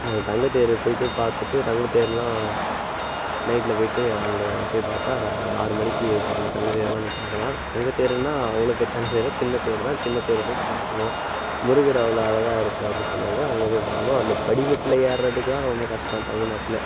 அந்த தங்கத்தேருக்கு போயிட்டு பார்த்துட்டு தங்கத்தேர்லாம் நைட்டில் போயிட்டு அங்கே போய் பார்த்தா கரெக்டாக ஆறு மணிக்கு இழுப்பாங்க தங்கத்தேர்லாம் போய் பார்க்கலாம் தங்கத்தேருன்னா அவ்வளோ பெரிய தங்கத்தேர் இல்லை சின்ன தேரு தான் சின்ன தேரை போயிட்டு பார்க்கணும் முருகரு எவ்வளோ அழகாக இருப்பாருன்னு சொன்னாங்க அங்கே போய் பார்க்கணும் அந்த படிக்கட்டில் ஏர்றதுக்கு தான் ரொம்ப கஷ்டம் தமிழ்நாட்டில்